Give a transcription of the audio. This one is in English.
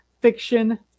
fiction